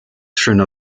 through